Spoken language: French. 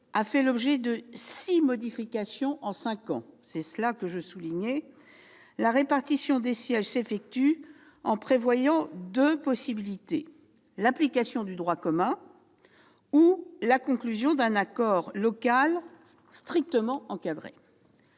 a fait l'objet de six modifications en cinq ans, prévoit que la répartition des sièges s'effectue selon deux possibilités : l'application du droit commun ou la conclusion d'un accord local strictement encadré.